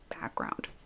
background